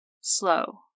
Slow